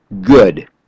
good